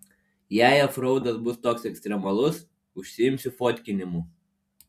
jei ofraudas bus koks ekstremalus užsiimsiu fotkinimu